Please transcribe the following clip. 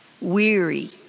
weary